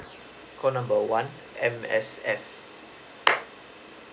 call number one M_S_F